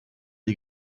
die